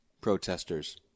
protesters